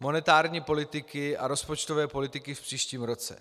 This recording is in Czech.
monetární politiky a rozpočtové politiky v příštím roce.